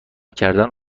کردن